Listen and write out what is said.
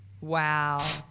Wow